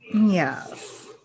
Yes